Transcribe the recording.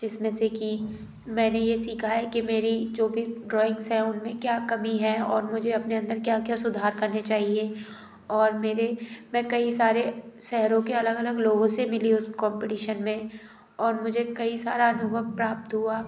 जिसमें से कि मैंने ये सीखा है कि मेरी जो भी ड्राॅइंग्स है उनमें क्या कमी है और मुझे अपने अंदर क्या क्या सुधार करने चाहिए और मेरे मैं कई सारे शहरों के अलग अलग लोगो से मिली उस कॉम्पटीशन में और मुझे कई सारा अनुभव प्राप्त हुआ